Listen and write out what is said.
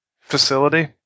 facility